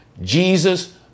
Jesus